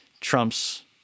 Trump's